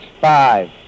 Five